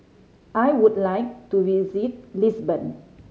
I would like to visit Lisbon